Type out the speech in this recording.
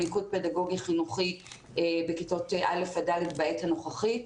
מיקוד פדגוגי חינוכי בכיתות א' עד ד' בעת הנוכחית,